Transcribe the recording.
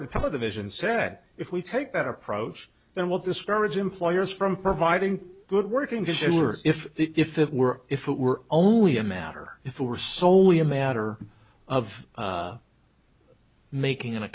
television said if we take that approach that will discourage employers from providing good working sure if if it were if it were only a matter if it were soley a matter of making an